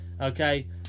Okay